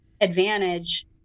advantage